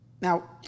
Now